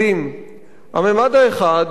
הממד האחד הוא הממד הפוליטי,